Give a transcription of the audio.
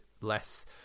less